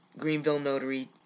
greenvillenotary